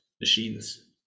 machines